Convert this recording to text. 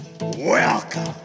Welcome